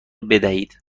بدهید